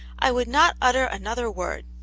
i would not utter another word.